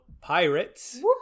Pirates